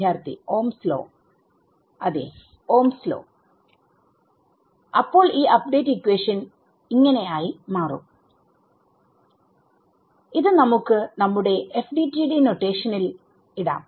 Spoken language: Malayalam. വിദ്യാർത്ഥി ഓഹ്മ്സ് ലോ Ohms Law അതേ ഓഹ്മ്സ് ലോOhms law അപ്പോൾ ഈ അപ്ഡേറ്റ് ഇക്വേഷൻ ഇങ്ങനെ ആയി മാറും ഇത് നമുക്ക് നമ്മുടെ FDTD നൊറ്റേഷനിൽഇടാം